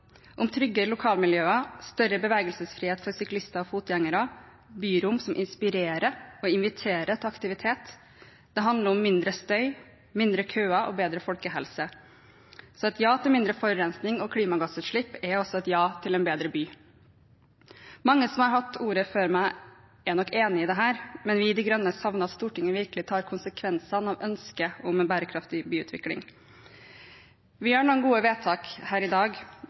lokalmiljøer, større bevegelsesfrihet for syklister og fotgjengere, byrom som inspirerer og inviterer til aktivitet. Det handler om mindre støy, mindre køer og bedre folkehelse. Så et ja til mindre forurensning og klimagassutslipp er også et ja til en bedre by. Mange av dem som har hatt ordet før meg, er nok enig i dette, men vi i Miljøpartiet De Grønne savner at Stortinget virkelig tar konsekvensene av ønsket om en bærekraftig byutvikling. Vi fatter noen gode vedtak her i dag,